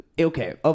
okay